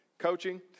coaching